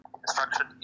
Instruction